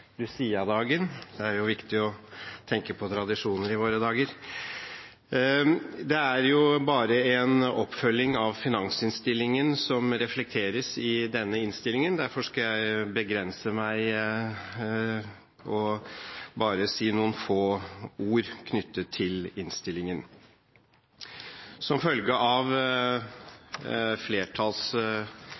Det er jo viktig å tenke på tradisjoner i våre dager. Det er bare en oppfølging av finansinnstillingen som reflekteres i denne innstillingen. Derfor skal jeg begrense meg og bare si noen få ord knyttet til innstillingen. Som følge av